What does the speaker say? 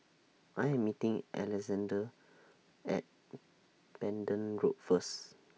I Am meeting Alexande At Pending Road First